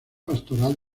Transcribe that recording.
pastoral